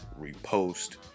repost